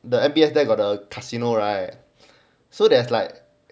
the M_B_S there got a casino right so there's like